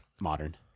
Modern